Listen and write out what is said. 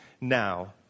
now